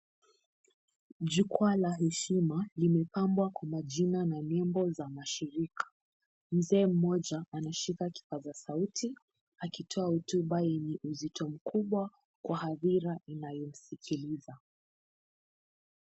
Jukwaa la heshima limepambwa kwa majina na nembo za mashirika. Mzee mmoja anashika kipaza sauti akitoa hotuba yenye uzito kubwa kwa hadhira inayomsikiliza.